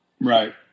right